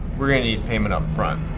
we're going to need payment up front.